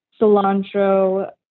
cilantro